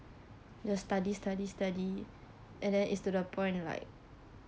just study study study and then it's to the point like